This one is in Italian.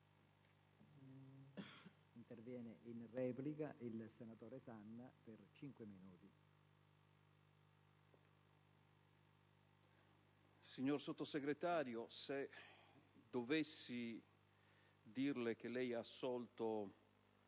Signor Sottosegretario, se dovessi dirle che lei ha assolto